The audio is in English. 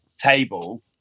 table